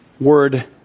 Word